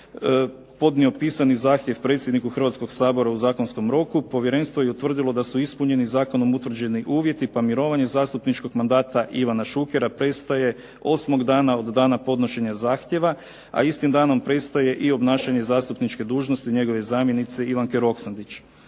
podnio pisani zahtjev predsjedniku Hrvatskog sabora u zakonskom roku, povjerenstvo je utvrdilo da su ispunjeni zakonom utvrđeni uvjeti, pa mirovanje zastupničkog mandata Ivana Šukera prestaje osmog dana od dana podnošenja zahtjeva, a istim danom prestaje i obnašanje zastupničke dužnosti njegove zamjenice Ivanke Roksandić.